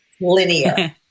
linear